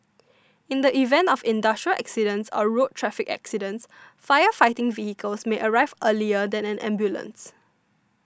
in the event of industrial accidents or road traffic accidents fire fighting vehicles may arrive earlier than an ambulance